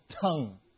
tongue